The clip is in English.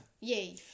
Yay